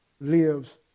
lives